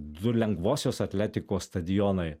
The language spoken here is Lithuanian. du lengvosios atletikos stadionai